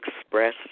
express